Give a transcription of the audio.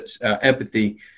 empathy